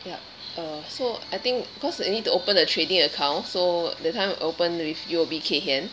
yup uh I think because you need to open a trading account so that time I open with U_O_B Kay Hian